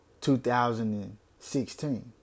2016